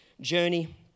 journey